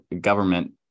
government